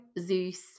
Zeus